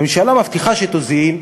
הממשלה מבטיחה שתוזיל,